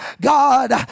God